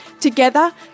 Together